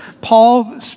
Paul